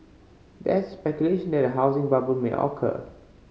there is speculation that a housing bubble may occur